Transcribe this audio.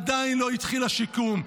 עדיין לא התחיל השיקום,